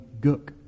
gook